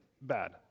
bad